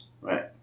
Right